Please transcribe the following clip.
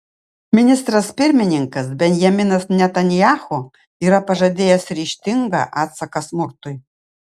ministras pirmininkas benjaminas netanyahu yra pažadėjęs ryžtingą atsaką smurtui